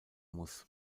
muss